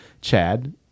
chad